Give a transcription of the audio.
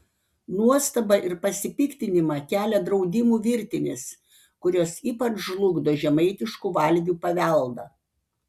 nuostabą ir pasipiktinimą kelia draudimų virtinės kurios ypač žlugdo žemaitiškų valgių paveldą